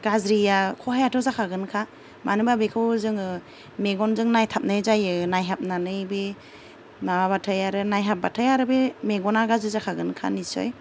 गाज्रिया खहायाथ' जाखागोनखा मानो होनबा बेखौ जोङो मेगनजों नायथाबनाय जायो नायहाबनानै बे माबाबाथाय आरो नायहाब्बाथाय आरो बे मेगना गाज्रि जाखागोनखा निस्सय